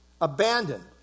abandoned